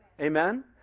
Amen